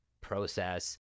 process